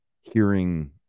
hearing